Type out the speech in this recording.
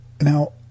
Now